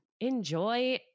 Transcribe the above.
enjoy